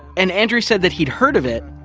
and andrew said that he'd heard of it,